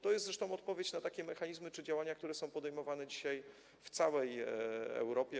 To jest zresztą odpowiedź na takie mechanizmy czy działania, które są podejmowane dzisiaj w całej Europie.